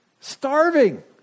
starving